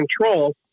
control